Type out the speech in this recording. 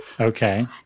Okay